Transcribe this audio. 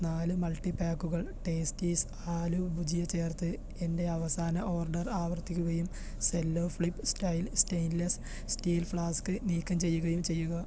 നാല് മൾട്ടി പാക്കുകൾ ടേസ്റ്റീസ് ആലുഭുജിയ ചേർത്ത് എന്റെ അവസാന ഓർഡർ ആവർത്തിക്കുകയും Cello flip style stainless steel flask നീക്കം ചെയ്യുകയും ചെയ്യുക